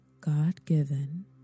God-given